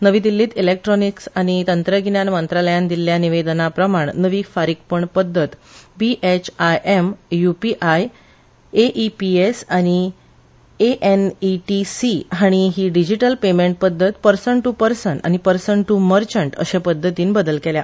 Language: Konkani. नवी दिल्लीत इलेक्टोनीक्स आनी तंत्रन्यान मंत्रालयान दिल्ल्या निवेदना प्रमाण नवी फारीकपण पद्दत B H I M UPI A E P S आनी ए न इ टी स्री हांणी ही डिजीटल पेर्मेंट पद्दत पर्स्तन टु पर्सन आनी पर्सन टु मर्चट अशा पद्दतीन बदल केला